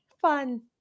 Fun